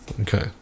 Okay